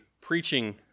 preaching